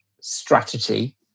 strategy